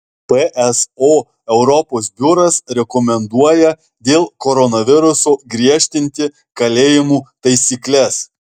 pso europos biuras rekomenduoja dėl koronaviruso griežtinti kalėjimų taisykles